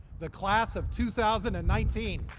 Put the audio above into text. the class of two thousand and nineteen.